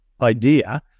idea